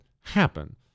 happen